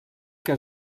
que